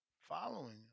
following